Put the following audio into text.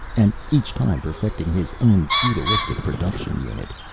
and each time perfecting his own feudalistic production unit.